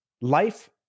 life